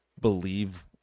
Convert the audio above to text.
believe